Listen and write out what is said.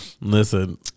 listen